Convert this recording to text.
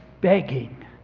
begging